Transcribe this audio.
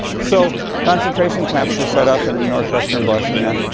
so, concentration camps were set up in north-western bosnia.